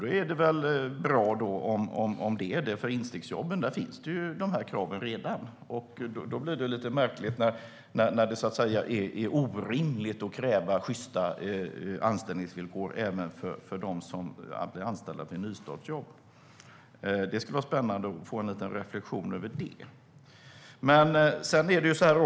Det är väl bra om det är så, för i instegsjobben finns redan dessa krav. Då blir det lite märkligt när det tydligen är orimligt att kräva sjysta anställningsvillkor även för dem som är anställda i nystartsjobb. Det skulle vara spännande att få en liten reflektion över det.